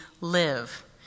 live